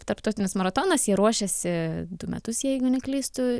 tarptautinis maratonas jie ruošėsi du metus jeigu neklystu